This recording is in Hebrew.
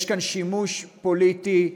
יש כאן שימוש פוליטי,